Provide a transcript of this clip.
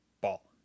ball